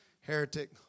heretic